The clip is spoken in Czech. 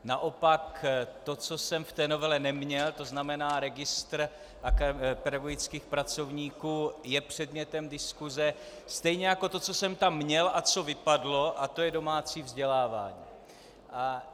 Naopak to, co jsem v té novele neměl, to znamená registr pedagogických pracovníků, je předmětem diskuse, stejně jako to, co jsem tam měl a co vypadlo, a to je domácí vzdělávání.